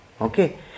okay